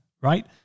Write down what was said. right